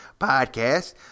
podcast